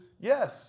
yes